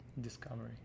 Discovery